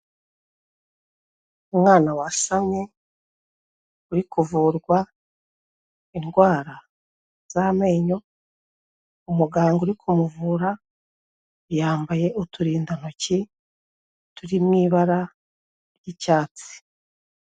Umwana wasamye, uri kuvurwa indwara z'amenyo, umuganga uri kumuvura yambaye uturindantoki, turi mu ibara ry'icyatsi.